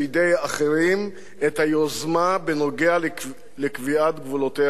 אחרים את היוזמה בנוגע לקביעת גבולותיה הביטחוניים.